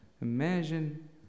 Imagine